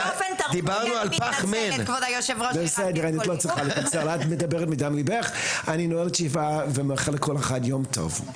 אני נועל את הישיבה ומאחל לכולם יום טוב.